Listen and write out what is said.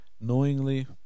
knowingly